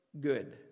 good